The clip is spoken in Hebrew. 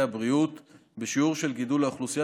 הבריאות בשיעור של גידול האוכלוסייה,